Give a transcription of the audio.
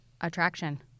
Attraction